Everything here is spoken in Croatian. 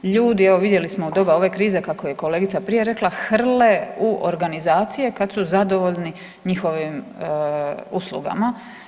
Ljudi evo vidjeli smo u doba ove krize kako je kolegica prije rekla hrle u organizacije kad su zadovoljni njihovim uslugama.